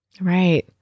Right